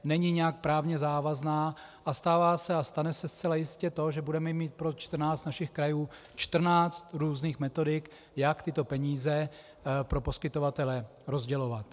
Není nijak právně závazná a stává se a stane se zcela jistě to, že budeme mít pro 14 našich krajů 14 různých metodik, jak tyto peníze pro poskytovatele rozdělovat.